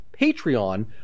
Patreon